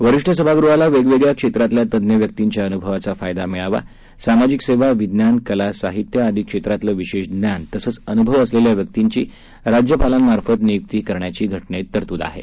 वरिष्ठ सभागृहाला वेगवेगळ्या क्षेत्रांतल्या तज्ज्ञ व्यक्तींच्या अनुभवाचा फायदा मिळावा सामाजिक सेवा विज्ञान कला साहित्य आदी क्षेत्रांतलं विशेष ज्ञान तसंच अनुभव असलेल्या व्यक्तींची राज्यपालांमार्फत नियूक्ती करण्याची तरतूद घटनेत आहे